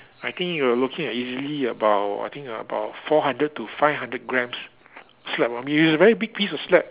I think you were looking at easily about I think about four hundred to five hundred grams slab it was a very big piece of slab